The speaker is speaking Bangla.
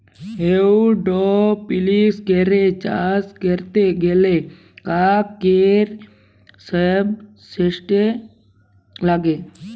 হাইড্রপলিক্স করে চাষ ক্যরতে গ্যালে কাক কৈর সাবস্ট্রেট লাগে